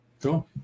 Cool